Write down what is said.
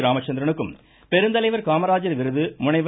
ராமச்சந்திரனுக்கும் பெருந்தலைவர் காமராஜர் விருது முனைவர்